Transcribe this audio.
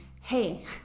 hey